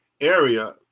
area